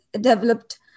developed